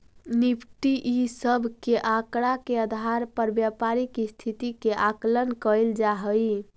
Nifty इ सब के आकड़ा के आधार पर व्यापारी के स्थिति के आकलन कैइल जा हई